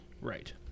Right